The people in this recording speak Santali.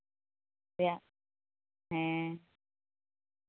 ᱟᱯᱮᱭᱟᱜ ᱦᱮᱸ